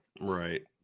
Right